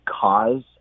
cause